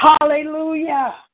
hallelujah